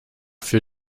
für